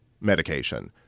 medication